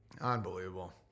Unbelievable